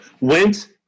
went